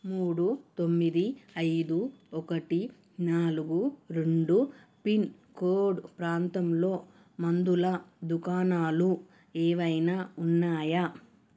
మూడు తొమ్మిది ఐదు ఒకటి నాలుగు రెండు పిన్కోడ్ ప్రాంతంలో మందుల దుకాణాలు ఏమైనా ఉన్నాయా